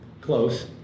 close